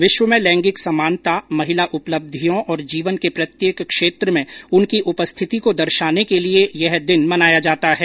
विश्व में लैंगिक समानता महिला उपलब्धियों और जीवन के प्रत्येक क्षेत्र में उनकी उपस्थिति को दर्शाने के लिए यह दिन मनाया जाता है